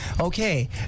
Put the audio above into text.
Okay